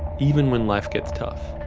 even when life gets tough.